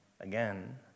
again